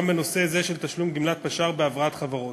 בנושא זה של תשלום גמלת פש"ר בהבראת חברות.